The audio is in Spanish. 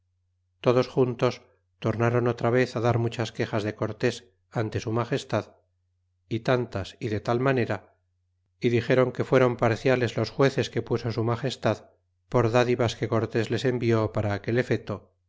todos juntos tornaron otra vez á dar muchas quejas de cortés ante su magestad y tantas y de tal manera é dixéron que fuéron parciales los jueces que puso su magestad por dádivas que cortés les envió para aquel efeto